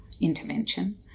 intervention